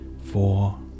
four